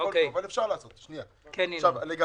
הוא